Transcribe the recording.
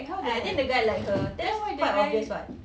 I I think the guy like her that's quite obvious [what]